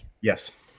Yes